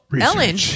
Ellen